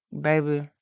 baby